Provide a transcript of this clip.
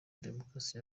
demokarasi